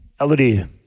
Elodie